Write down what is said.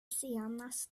senast